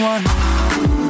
one